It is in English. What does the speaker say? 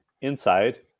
inside